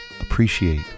appreciate